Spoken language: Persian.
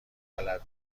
بلد